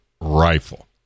rifle